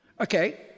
Okay